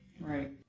Right